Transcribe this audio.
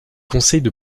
conseille